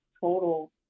total